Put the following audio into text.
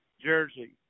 Jersey